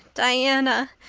diana,